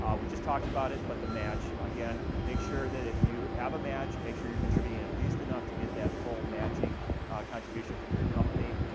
um we just talked about it but the match. again make sure that if you have a match make sure you're contributing at least enough to get that full matching contribution from your company.